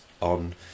on